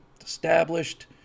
established